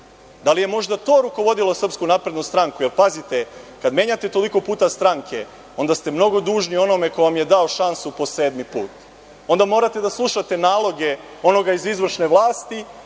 Da li je možda to rukovodilo SNS? Pazite, kada menjate toliko puta stranke, onda ste mnogo dužni onome ko vam je dao šansu po sedmi put, onda morate da slušate naloge onoga iz izvršne vlasti